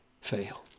fail